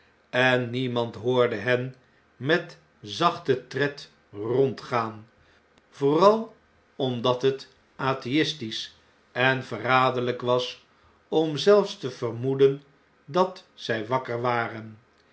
en niemand hoorde hen met zachten tred rondgaan vooral omdat het atheistisch en verraderln'k was om zelfs te vermoeden dat zh wakker waren